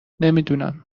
نمیدونم